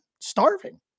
Starving